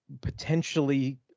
potentially